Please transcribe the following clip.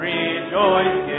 Rejoice